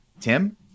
Tim